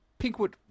Pinkwood